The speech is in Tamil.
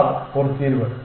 மாணவர் ஒரு தீர்வு